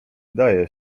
daje